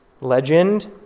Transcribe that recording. legend